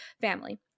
Family